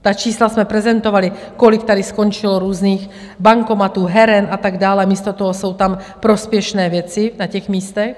Ta čísla jsme prezentovali, kolik tady skončilo různých bankomatů, heren a tak dále a místo toho jsou tam prospěšné věci, na těch místech.